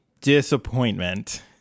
disappointment